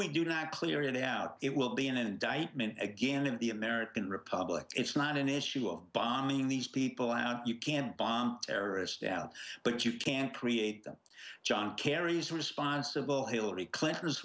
we do not clear it out it will be an indictment again of the american republic it's not an issue of bombing these people out you can't buy terrorists down but you can't create them john kerry's responsible hillary clinton